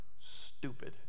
stupid